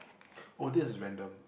oh this is random